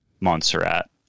Montserrat